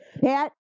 Pat